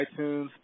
iTunes